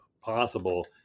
possible